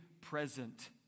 present